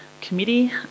Committee